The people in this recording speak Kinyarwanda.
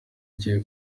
ugiye